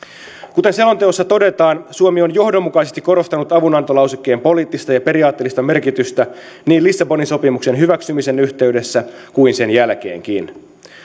kuten selonteossa todetaan suomi on johdonmukaisesti korostanut avunantolausekkeen poliittista ja periaatteellista merkitystä niin lissabonin sopimuksen hyväksymisen yhteydessä kuin sen jälkeenkin